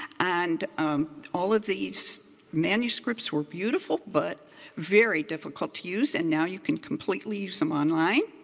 and all of these manuscripts were beautiful but very difficult to use. and now you can completely use them online.